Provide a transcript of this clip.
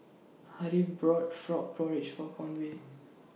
Harriett bought Frog Porridge For Conway